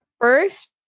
first